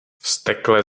vztekle